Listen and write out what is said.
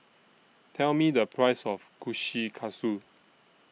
Tell Me The Price of Kushikatsu